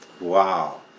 Wow